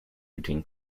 between